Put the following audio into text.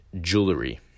jewelry